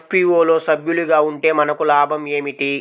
FPO లో సభ్యులుగా ఉంటే మనకు లాభం ఏమిటి?